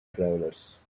travelers